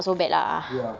ya